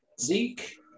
Zeke